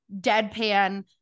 deadpan